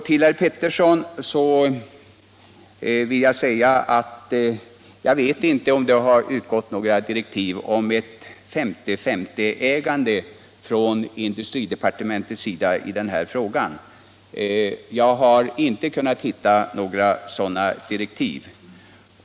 Till herr Pettersson i Lund vill jag säga att jag inte vet om det från industridepartementet har utgått några direktiv om ett 50-50-ägande i det berörda fallet. Jag har i varje fall inte kunnat hitta några sådana direktiv.